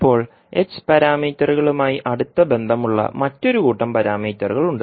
ഇപ്പോൾ h പാരാമീറ്ററുകളുമായി അടുത്ത ബന്ധമുള്ള മറ്റൊരു കൂട്ടം പാരാമീറ്ററുകൾ ഉണ്ട്